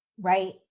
Right